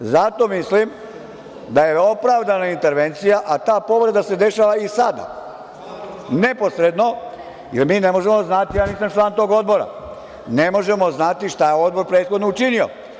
Zato mislim da je opravdana intervencija, a ta povreda se dešava i sada neposredno, jer mi ne možemo znati, ja nisam član tog odbora, ne možemo znati šta je odbor prethodno učinio.